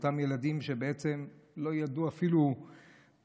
לאותם ילדים שבעצם לא ידעו אפילו איך